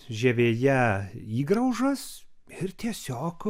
žievėje įgraužas ir tiesiog